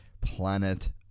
planet